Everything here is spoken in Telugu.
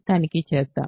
తనిఖీ చేద్దాం